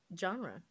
genre